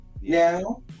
now